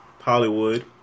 Hollywood